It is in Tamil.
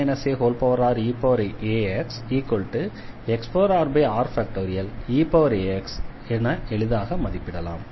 eaxஐ எளிதாக மதிப்பிடலாம்